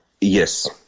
Yes